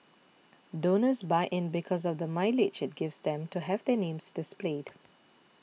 donors buy in because of the mileage it gives them to have their names displayed